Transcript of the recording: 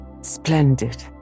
splendid